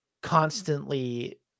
constantly